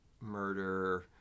murder